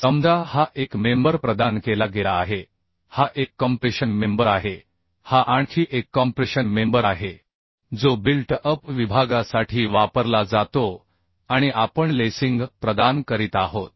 समजा हा एक मेंबर प्रदान केला गेला आहे हा एक कॉम्प्रेशन मेंबर आहे हा आणखी एक कॉम्प्रेशन मेंबर आहे जो बिल्ट अप विभागासाठी वापरला जातो आणि आपण लेसिंग प्रदान करीत आहोत